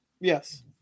Yes